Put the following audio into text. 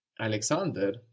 Alexander